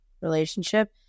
relationship